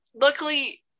Luckily